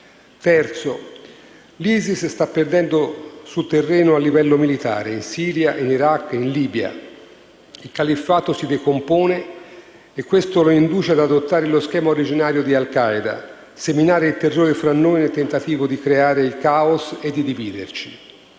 l'ISIS sta perdendo terreno a livello militare in Siria, Iraq e Libia. Il Califfato si decompone e questo lo induce ad adottare lo schema originario di Al Qaeda: seminare il terrore fra noi nel tentativo di creare *caos* e dividerci.